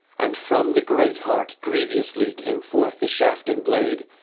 and from the great heart grievously came forth the shaft and blade,